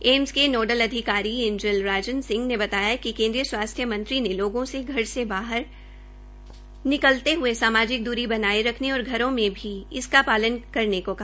AIIMS के nodal अधिकारी Angel Rajan Singh ने बताया कि केन्द्रीय स्वास्थ्य मंत्री ने लोगों से घर से बाहर निकलते हये सामाजिक द्री बनाये रखने और घरों में भी इसका पालन करने को कहा